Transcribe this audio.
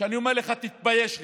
שאני אומר לך: תתבייש לך,